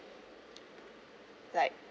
like